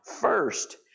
first